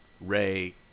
Ray